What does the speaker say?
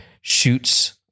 shoots